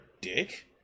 dick